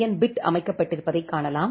என் bit அமைக்கப்பட்டிருப்பதைக் காணலாம்